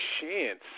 chance